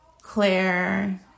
Claire